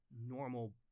normal